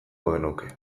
genuke